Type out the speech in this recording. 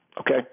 Okay